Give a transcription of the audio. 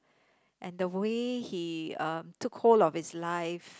and the way he um took hold of his life